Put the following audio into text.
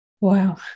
Wow